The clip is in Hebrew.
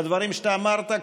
לדברים שאתה אמרת,